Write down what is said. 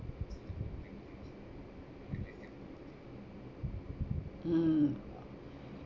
mm